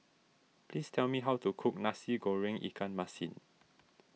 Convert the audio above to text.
please tell me how to cook Nasi Goreng Ikan Masin